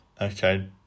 okay